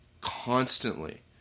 constantly